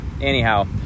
anyhow